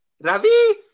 Ravi